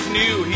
new